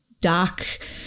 dark